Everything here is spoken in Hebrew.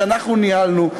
שאנחנו ניהלנו.